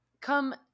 come